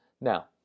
Now